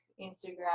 Instagram